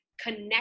connect